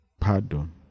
pardon